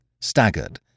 staggered